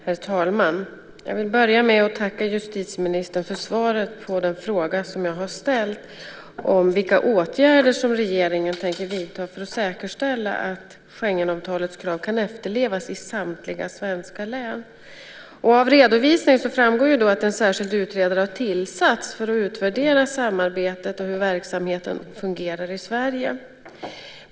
Herr talman! Jag vill börja med att tacka justitieministern för svaret på den fråga som jag har ställt om vilka åtgärder som regeringen tänker vidta för att säkerställa att Schengenavtalets krav kan efterlevas i samtliga svenska län. Av redovisningen framgår att en särskild utredare har tillsatts för att utvärdera samarbetet och hur verksamheten fungerar i Sverige.